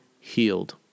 healed